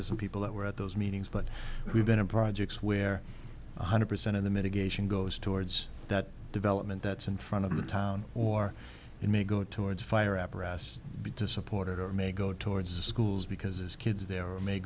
to some people that were at those meetings but we've been in projects where one hundred percent of the mitigation goes towards that development that's in front of the town or it may go towards a fire apparatus be to support it or may go towards the schools because his kids there or may